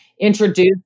introduce